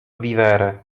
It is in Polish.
vivere